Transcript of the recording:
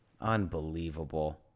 unbelievable